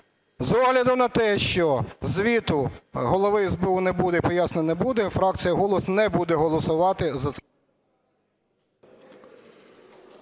з огляду на те, що звіту Голови СБУ не буде і пояснень не буде, фракція "Голос" не буде голосувати за цей…